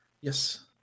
Yes